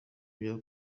bya